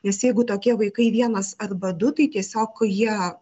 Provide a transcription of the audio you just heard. nes jeigu tokie vaikai vienas arba du tai tiesiog jie